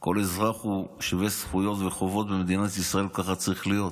כל אזרח הוא שווה זכויות וחובות במדינת ישראל וככה צריך להיות.